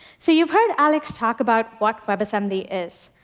so you've heard alex talk about what webassembly is.